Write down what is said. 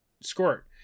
Squirt